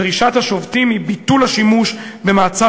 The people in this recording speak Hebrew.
דרישת השובתים היא ביטול השימוש במעצר